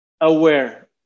aware